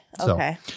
okay